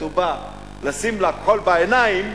הוא בא לשים לה כָּחָל בעיניים,